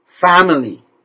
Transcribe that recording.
family